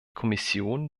kommission